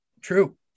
True